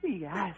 Yes